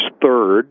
third